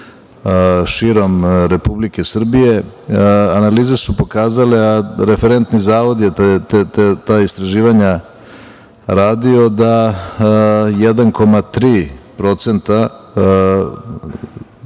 širom Republike Srbije, analize su pokazale, a referentni zavod je ta istraživanja radio, da 1,3%